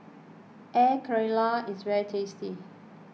Air Karthira is very tasty